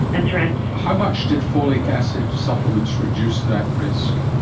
that's right. how much did folic acid supplements reduce that risk?